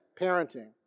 parenting